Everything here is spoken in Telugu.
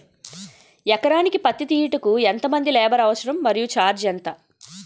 ఎకరానికి పత్తి తీయుటకు ఎంత మంది లేబర్ అవసరం? మరియు ఛార్జ్ ఎంత?